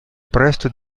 presto